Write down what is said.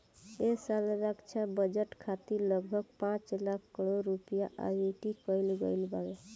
ऐ साल रक्षा बजट खातिर लगभग पाँच लाख करोड़ रुपिया आवंटित कईल गईल बावे